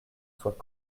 soit